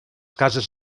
cases